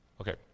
okay